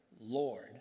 Lord